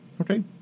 Okay